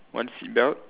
one seat belt